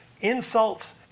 insults